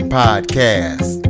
podcast